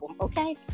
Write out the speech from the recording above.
Okay